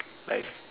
life